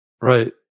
Right